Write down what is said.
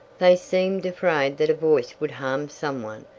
they seemed afraid that a voice would harm some one,